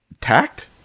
tact